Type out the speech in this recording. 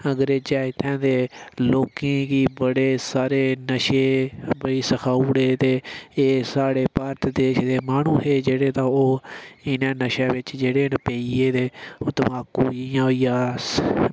अंग्रेजें इत्थै दे लोकें गी बड़े सारे नशे सखाई ओड़े ते एह् साढ़े भारत देश दे माह्नू हे जेह्ड़े तां ओह् इ'नें नशें बिच जेह्ड़े न पेई गे ते तमाकू जि'यां होई गेआ